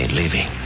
leaving